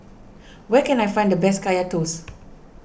where can I find the best Kaya Toast